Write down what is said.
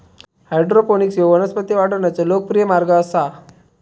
hydroponics ह्यो वनस्पती वाढवण्याचो लोकप्रिय मार्ग आसा